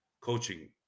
coaching